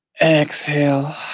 Exhale